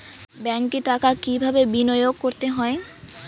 ব্যাংকে টাকা কিভাবে বিনোয়োগ করতে হয়?